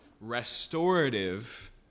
restorative